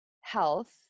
health